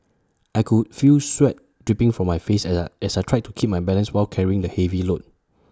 I could feel sweat dripping from my face as I as I tried to keep my balance while carrying the heavy load